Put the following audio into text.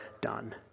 done